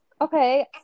Okay